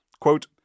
Quote